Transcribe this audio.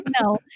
No